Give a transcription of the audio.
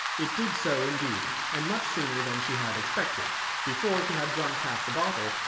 it did so indeed, and much sooner than she had expected before she had drunk half the bottle,